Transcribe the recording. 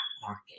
market